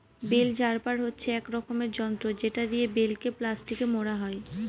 bell wrapper হচ্ছে এক রকমের যন্ত্র যেটা দিয়ে বেল কে প্লাস্টিকে মোড়া হয়